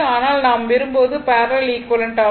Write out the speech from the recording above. ஆனால் நாம் விரும்புவது பேரலல் ஈக்விவலெண்ட் ஆகும்